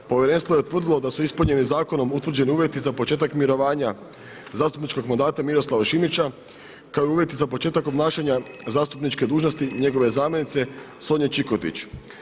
Povjerenstvo je utvrdilo da su ispunjeni zakonom utvrđeni uvjeti za početak mirovanja zastupničkog mandata Miroslava Šimića kao i uvjeti za početak obnašanja zastupničke dužnosti njegove zamjenice Sonje Čikotić.